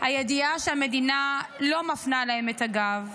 הידיעה שהמדינה לא מפנה להם את הגב,